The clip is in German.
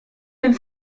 den